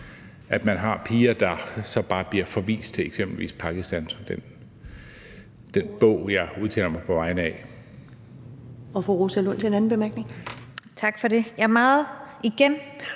at pigerne så bare bliver forvist til eksempelvis Pakistan, sådan som den bog, jeg udtaler mig på baggrund af,